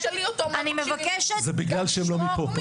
--- אני מבקשת לשמוע את